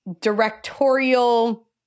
directorial